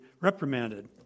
reprimanded